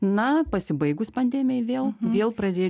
na pasibaigus pandemijai vėl vėl pradėjo